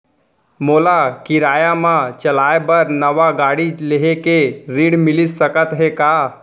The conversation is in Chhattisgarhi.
मोला किराया मा चलाए बर नवा गाड़ी लेहे के ऋण मिलिस सकत हे का?